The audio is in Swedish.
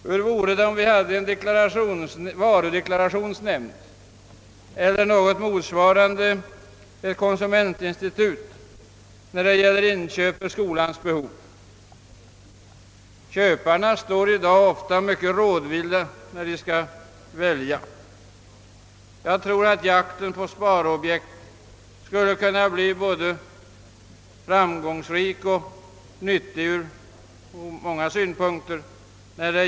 Hur vore det om vi hade en varudeklarationsnämnd eller något motsvarande konsumentinstitutet, avseende inköp för skolans behov? Köparna står i dag ofta mycket rådvilla när de skall välja. Jag tror att jakten på sparobjekt i detta hänseende skulle kunna bli både framgångsrik och nyttig från många synpunkter.